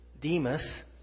Demas